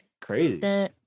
Crazy